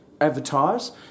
advertise